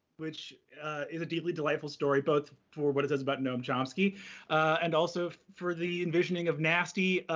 which is a deeply delightful story, both for what it says about noam chomsky and also for the envisioning of nasty,